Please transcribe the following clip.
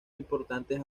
importantes